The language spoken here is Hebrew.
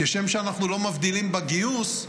כשם שאנחנו לא מבדילים בגיוס,